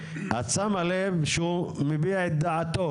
את שמה לב שהוא מביע את דעתו,